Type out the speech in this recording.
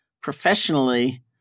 professionally